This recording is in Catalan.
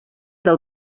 del